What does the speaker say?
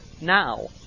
now